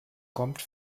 kommt